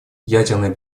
ядерная